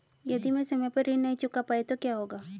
यदि मैं समय पर ऋण नहीं चुका पाई तो क्या होगा?